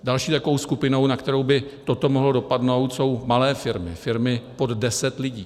Další skupinou, na kterou by toto mohlo dopadnout, jsou malé firmy, firmy pod deset lidí.